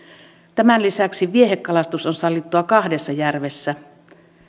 tämän lisäksi viehekalastus on sallittua kahdessa järvessä